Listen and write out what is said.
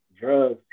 drugs